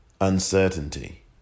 uncertainty